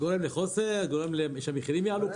זה גורם לחוסר, זה גורם